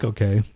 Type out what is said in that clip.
Okay